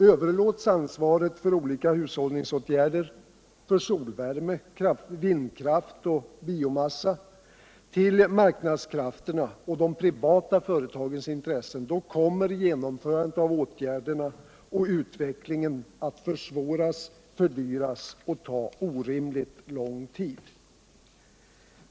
Överlåts ansvaret för olika hushållningsåtgärder och för solvärme, vindkraft och biomassa till marknadskrafterna och de privata företagens intressen, kommer genomförandet .av åtgärderna och utvecklingen att försvåras, fördyras och ta orimligt lång tid.